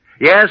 yes